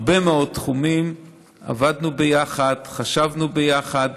בהרבה מאוד תחומים עבדנו ביחד, חשבנו ביחד